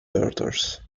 daughters